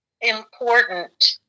important